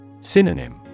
Synonym